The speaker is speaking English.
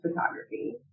photography